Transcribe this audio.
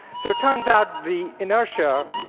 so it turns out the inertia,